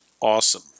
awesome